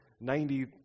ninety